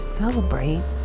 celebrate